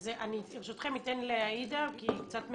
אני ברשותכם אתן לעאידה, כי היא קצת ממהרת.